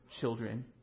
children